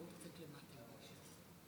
התראיין בעל עסק קטן מבאר שבע,